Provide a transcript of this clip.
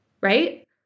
Right